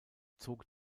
zog